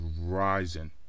rising